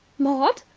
maud?